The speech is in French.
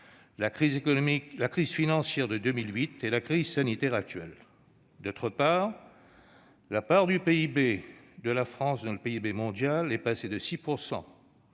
la crise financière de 2008 et la crise sanitaire actuelle D'autre part, la contribution du PIB de la France au PIB mondial est passée de 6